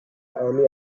army